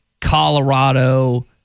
Colorado